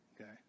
okay